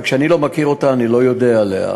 וכשאני לא מכיר אותה אני לא יודע עליה.